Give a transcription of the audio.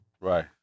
right